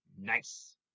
Nice